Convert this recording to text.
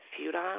futile